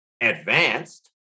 advanced